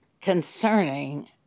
concerning